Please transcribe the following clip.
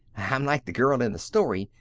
i'm like the girl in the story.